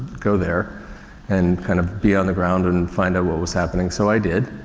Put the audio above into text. go there and kind of be on the ground and and find out what was happening. so, i did.